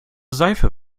seife